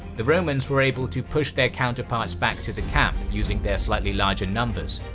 the romans were able to push their counterparts back to the camp using their slightly larger numbers.